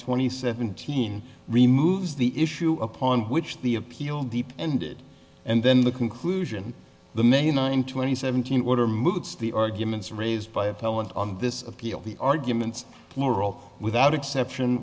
twenty seventeen removes the issue upon which the appeal deep ended and then the conclusion the main nine twenty seventeen order moots the arguments raised by appellant on this appeal the arguments were all without exception